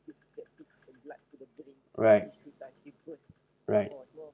right right